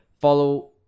Follow